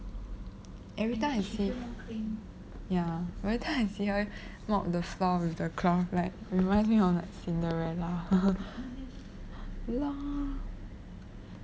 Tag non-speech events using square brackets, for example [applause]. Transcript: everytime I see ya everytime I see her mop the floor with the cloth right remind me of like cinderella [laughs] LOL